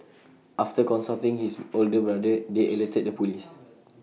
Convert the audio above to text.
after consulting his older brother they alerted the Police